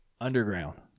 Underground